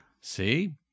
See